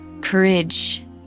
courage